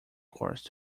course